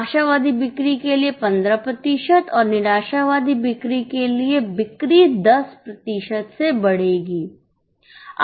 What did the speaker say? आशावादी बिक्री के लिए 15 प्रतिशत और निराशावादी बिक्री के लिए बिक्री 10 प्रतिशत से बढ़ेगी